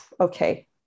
okay